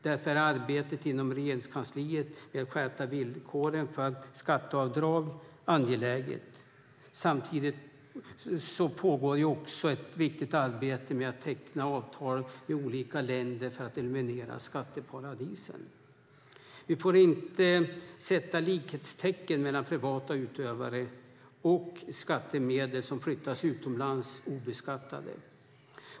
Därför är arbetet inom Regeringskansliet med att skärpa villkoren för skatteavdrag angeläget. Samtidigt pågår ett viktigt arbete med att teckna avtal med olika länder för att eliminera skatteparadisen. Vi får inte sätta likhetstecken mellan privata utförare och skattemedel som flyttas utomlands obeskattade.